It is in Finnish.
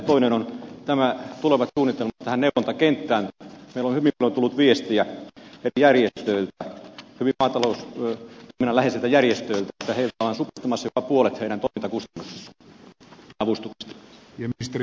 meille on hyvin paljon tullut viestejä eri järjestöiltä maataloustoimintaa hyvin lähellä olevilta järjestöiltä että heiltä on supistumassa jopa puolet heidän toiminta avustuksistaan